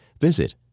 Visit